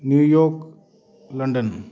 New York London